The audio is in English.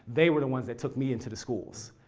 they were the ones that took me into the schools.